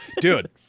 Dude